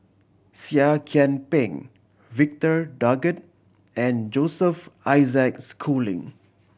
Seah Kian Peng Victor Doggett and Joseph Isaac Schooling